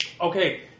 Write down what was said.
Okay